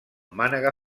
mànega